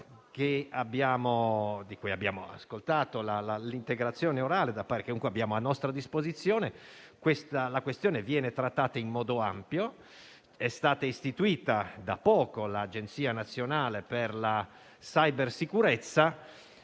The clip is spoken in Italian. di cui abbiamo ascoltato l'integrazione orale da parte del Presidente del Comitato, e che è a nostra disposizione, la questione viene trattata in modo ampio. È stata istituita da poco l'Agenzia nazionale per la cybersicurezza